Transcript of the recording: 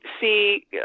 see